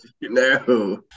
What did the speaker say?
no